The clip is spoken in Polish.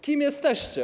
Kim jesteście?